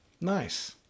Nice